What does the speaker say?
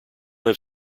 have